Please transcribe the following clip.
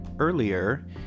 Earlier